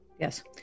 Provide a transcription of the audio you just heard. Yes